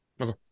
Okay